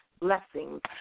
blessings